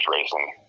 racing